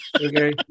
Okay